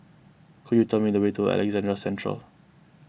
could you tell me the way to Alexandra Central